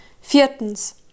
Viertens